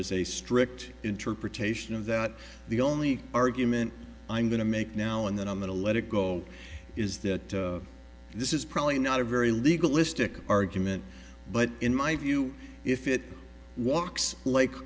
is a strict interpretation of that the only argument i'm going to make now and then i'm going to let it go is that this is probably not a very legal istic argument but in my view if it walks like